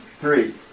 three